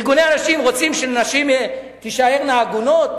ארגוני הנשים רוצים שנשים תישארנה עגונות,